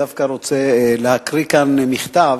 דווקא רוצה להקריא כאן מכתב,